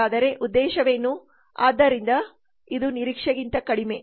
ಹಾಗಾದರೆ ಉದ್ದೇಶವೇನು ಆದ್ದರಿಂದ ಇದು ನಿರೀಕ್ಷೆಗಿಂತ ಕಡಿಮೆ